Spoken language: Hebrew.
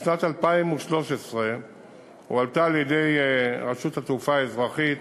בשנת 2013 הועלתה על-ידי רשות התעופה האזרחית